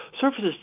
surfaces